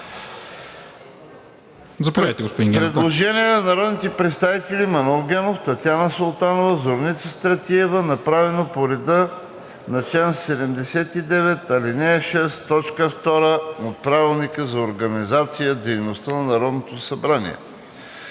Предложение на народните представители Манол Генов, Татяна Султанова, Зорница Стратиева, направено по реда на чл. 79, ал. 6, т. 2 от Правилника за организацията и дейността на Народното събрание.